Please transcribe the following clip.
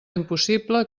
impossible